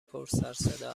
پرسروصدا